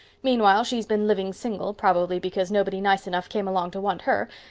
meanwhile, she's been living single, probably because nobody nice enough came along to want her,